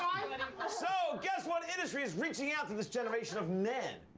ah so guess what industry is reaching out to this generation of men?